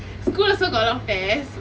school also got a lot of test